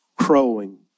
crowing